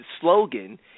slogan